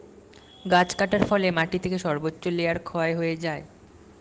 গাছ কাটার ফলে মাটি থেকে সর্বোচ্চ লেয়ার ক্ষয় হয়ে যায়